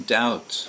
doubt